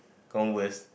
converse